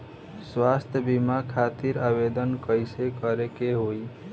स्वास्थ्य बीमा खातिर आवेदन कइसे करे के होई?